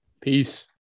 Peace